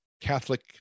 Catholic